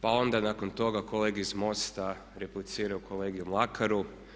Pa onda nakon toga kolege iz MOST-a repliciraju kolegi Mlakaru.